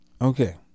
Okay